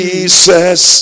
Jesus